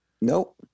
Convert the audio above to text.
Nope